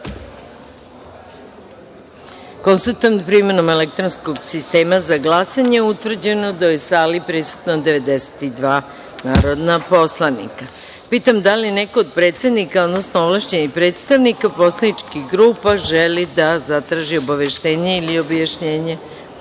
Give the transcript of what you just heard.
da je primenom elektronskog sistema za glasanje utvrđeno da je u sali prisutno 92 narodna poslanika. Pitam da li neko od predsednika, odnosno ovlašćenih predstavnika poslaničkih grupa želi da zatraži obaveštenje ili objašnjenje u skladu